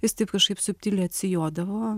jis taip kažkaip subtiliai atsijodavo